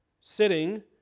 sitting